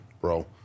bro